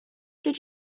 did